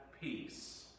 peace